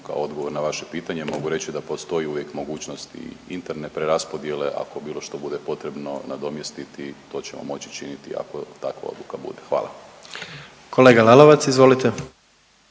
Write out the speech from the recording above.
kao odgovor na vaše pitanje mogu reći da postoji uvijek mogućnost interne preraspodjele, ako bilo što bude potrebno nadomjestiti to ćemo moć učiniti ako takva odluka bude, hvala. **Jandroković, Gordan